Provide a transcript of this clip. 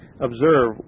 observe